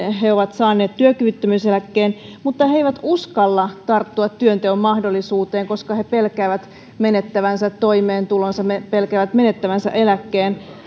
he ovat saaneet työkyvyttömyyseläkkeen mutta he eivät uskalla tarttua työnteon mahdollisuuteen koska he pelkäävät menettävänsä toimeentulonsa pelkäävät menettävänsä eläkkeen